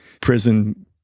prison